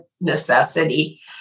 necessity